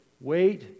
Wait